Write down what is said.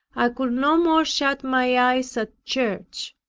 i could no more shut my eyes at church.